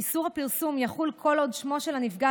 איסור הפרסום יחול כל עוד שמו של הנפגע